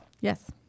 Yes